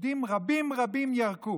בודדים רבים רבים ירקו.